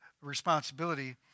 responsibility